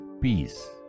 peace